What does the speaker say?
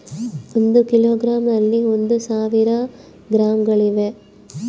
ಒಂದು ಕಿಲೋಗ್ರಾಂ ನಲ್ಲಿ ಒಂದು ಸಾವಿರ ಗ್ರಾಂಗಳಿವೆ